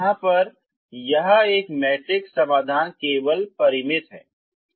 तो यहां पर क्योंकि यह एक मैट्रिक्स समाधान केवल परिमित हैं